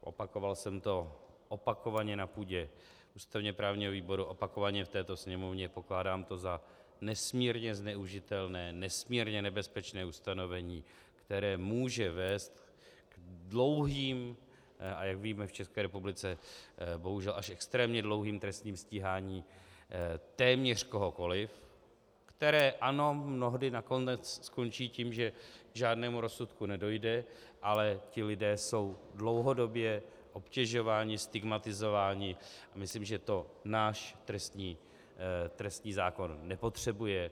Opakoval jsem to opakovaně na půdě ústavněprávního výboru, opakovaně v této sněmovně, pokládám to za nesmírně zneužitelné, nesmírně nebezpečné ustanovení, které může vést k dlouhým, a jak víme, v České republice bohužel až extrémně dlouhým trestním stíháním téměř kohokoli, které, ano, mnohdy nakonec skončí tím, že k žádnému rozsudku nedojde, ale ti lidé jsou dlouhodobě obtěžováni, stigmatizováni a myslím, že to náš trestní zákon nepotřebuje.